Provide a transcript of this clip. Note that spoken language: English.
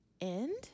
end